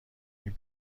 این